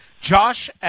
Josh